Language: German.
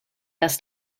das